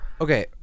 Okay